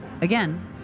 again